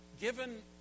Given